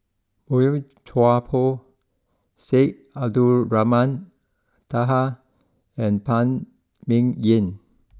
Boey Chuan Poh Syed Abdulrahman Taha and Phan Ming Yen